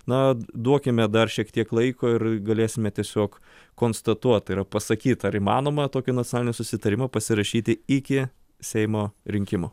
na duokime dar šiek tiek laiko ir galėsime tiesiog konstatuot tai yra yra pasakyt ar įmanoma tokį nacionalinį susitarimą pasirašyti iki seimo rinkimų